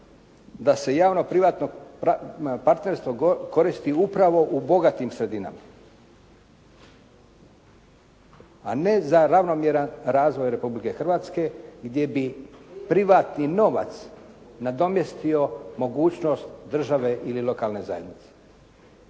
da se javno-privatno partnerstvo koristi upravo u bogatim sredinama, a ne za ravnomjeran razvoj Republike Hrvatske gdje bi privatni novac nadomjestio mogućnost države ili lokalne zajednice.